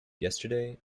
yesterday